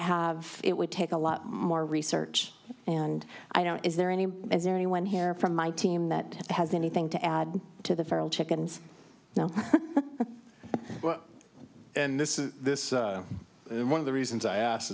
have it would take a lot more research and i don't is there any as anyone here from my team that has anything to add to the feral chickens and this is this one of the reasons i asked